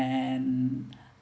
and